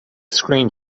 screen